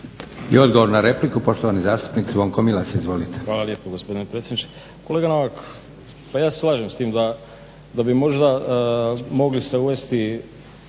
I odgovor na repliku poštovani zastupnik Zvonko Milas. **Milas, Zvonko (HDZ)** Hvala lijepa gospodine predsjedniče. Kolega Novak, pa ja se slažem s tim da bi možda mogli se uvesti